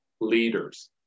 leaders